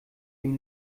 ihn